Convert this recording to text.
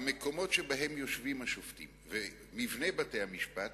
המקומות שבהם יושבים השופטים ומבני בתי-המשפט,